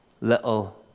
little